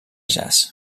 jazz